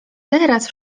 teraz